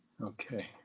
Okay